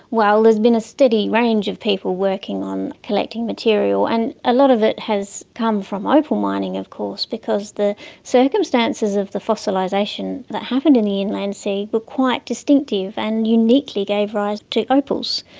well, there's been a steady range of people working on collecting material, and a lot of it has come from opal mining of course because the circumstances of the fossilisation that happened in the inland sea were but quite distinctive and uniquely gave rise to opals.